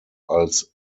als